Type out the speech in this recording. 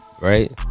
Right